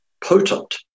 potent